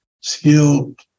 skilled